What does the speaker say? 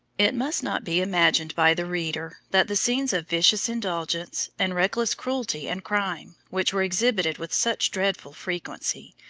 it must not be imagined by the reader that the scenes of vicious indulgence, and reckless cruelty and crime, which were exhibited with such dreadful frequency,